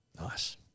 Nice